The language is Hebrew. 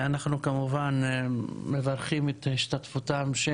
אנחנו כמובן מברכים את השתתפותם של